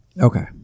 Okay